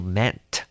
meant